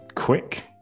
quick